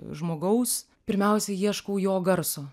žmogaus pirmiausia ieškau jo garso